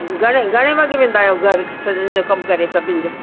घणे घणे वगे वेंदा आहियो घर सॼनि जो कम करे सभिनि जो